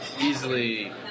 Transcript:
easily